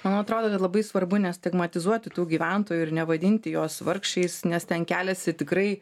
man atrodo tai labai svarbu nestigmatizuoti tų gyventojų ir nevadinti juos vargšais nes ten keliasi tikrai